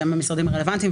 שהם המשרדים הרלוונטיים,